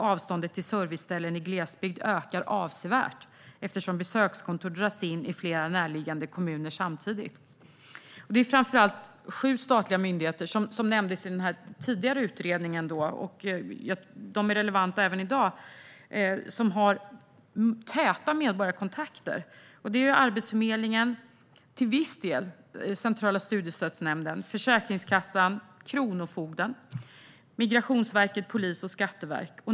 Avståndet till serviceställen i glesbygd ökar avsevärt, eftersom besökskontor dras in i flera närliggande kommuner samtidigt. Det är framför allt sju statliga myndigheter som nämndes i den tidigare utredningen och som är relevanta även i dag och som har täta medborgarkontakter. Det är Arbetsförmedlingen, till viss del Centrala studiestödsnämnden, Försäkringskassan, Kronofogden, Migrationsverket, polisen och Skatteverket.